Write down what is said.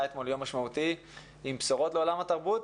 היה אתמול יום משמעותי עם בשורות לעולם התרבות,